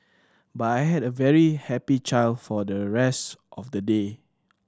but I had a very happy child for the rest of the day